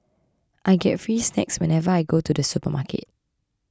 I get free snacks whenever I go to the supermarket